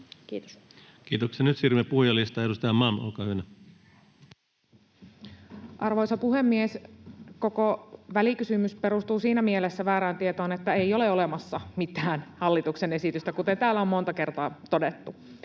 Kiitos. Kiitoksia. Nyt siirrymme puhujalistaan. — Edustaja Malm, olkaa hyvä. Arvoisa puhemies! Koko välikysymys perustuu siinä mielessä väärään tietoon, että ei ole olemassa ”mithän” hallituksen esitystä, kuten täällä on monta kertaa todettu.